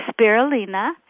spirulina